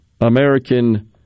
American